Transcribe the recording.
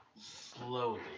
Slowly